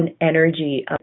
energy